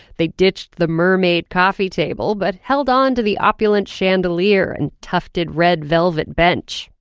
they ditched the mermaid coffee table, but held on to the opulent chandelier and tufted red velvet bench.